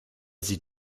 sie